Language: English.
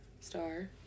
Star